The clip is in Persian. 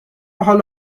حال